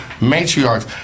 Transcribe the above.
matriarchs